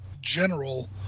general